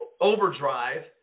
overdrive